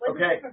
Okay